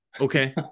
Okay